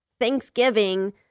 Thanksgiving